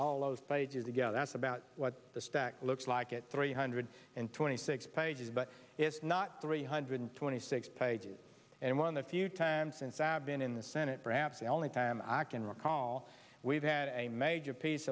follows pages together that's about what the stack looks like at three hundred and twenty six pages but it's not three hundred twenty six pages and one of the few times since abin in the senate perhaps the only time i can recall we've had a major piece